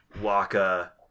Waka